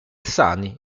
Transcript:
sani